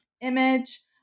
image